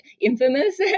infamous